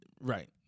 Right